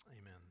Amen